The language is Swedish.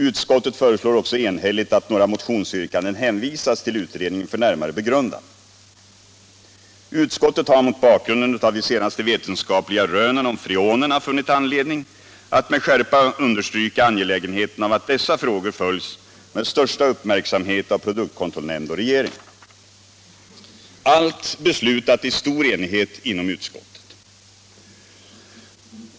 Utskottet föreslår också enhälligt att några motionsyrkanden hänvisas till utredningen för närmare begrundan. Utskottet har mot bakgrunden av de senaste vetenskapliga rönen om freonerna funnit anledning att med skärpa understryka angelägenheten av att dessa frågor följs med största uppmärksamhet av produktkontroll och regering. Allt detta har beslutats i stor enighet inom utskottet.